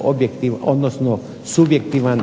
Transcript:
objektivan,